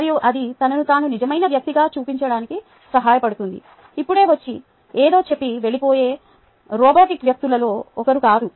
మరియు అది తనను తాను నిజమైన వ్యక్తిగా చూపించడానికి సహాయపడుతుంది ఇప్పుడే వచ్చి ఏదో చెప్పి వెళ్లిపోయే రోబోటిక్ వ్యక్తులలో ఒకరు కాదు